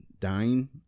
Dying